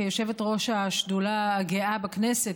כיושבת-ראש השדולה הגאה בכנסת,